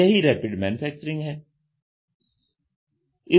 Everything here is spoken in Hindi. यही रैपिड मैन्युफैक्चरिंग है